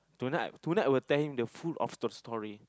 tonight tonight I will tell him the truth of the story